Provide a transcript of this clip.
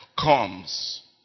comes